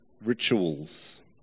rituals